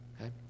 okay